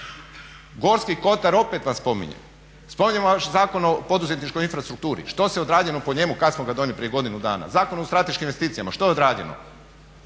Gorski kotar, opet vam spominjem, spominjem vaš Zakon o poduzetničkoj infrastrukturi, što se odradilo po njemu, kad smo ga donijeli prije godinu dana. Zakon o strateškim investicijama što je odrađeno?